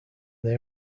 they